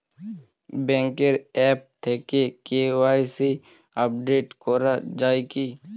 ব্যাঙ্কের আ্যপ থেকে KYC update করা যায় কি?